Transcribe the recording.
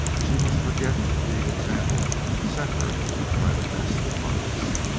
she must forget the example set her by the best of mothers.